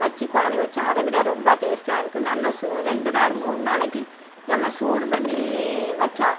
வச்சு கொழம்பு வைச்சா அதை விட ரொம்ப டேஸ்ட்டாக இருக்கும் நல்ல சு ரெண்டு நாள் மூணு நாளைக்கு நம்ம சூடு பண்ணி வைச்சா